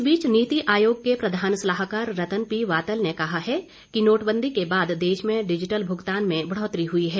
इस बीच नीति आयोग के प्रधान सलाहकार रतन पी वातल ने कहा है कि नोटबंदी के बाद देश में डिजिटल भुगतान में बढ़ोतरी हुई है